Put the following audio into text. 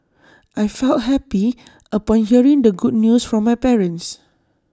I felt happy upon hearing the good news from my parents